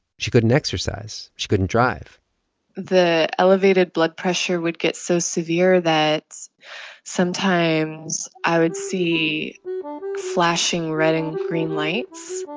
she couldn't exercise. she couldn't drive the elevated blood pressure would get so severe that sometimes i would see flashing red and green lights